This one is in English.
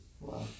Wow